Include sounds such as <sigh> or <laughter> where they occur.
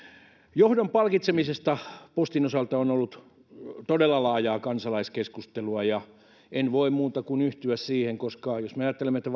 johdon palkitsemisesta postin osalta on ollut todella laajaa kansalaiskeskustelua en voi muuta kuin yhtyä siihen koska jos me ajattelemme että <unintelligible>